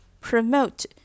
Promote